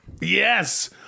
Yes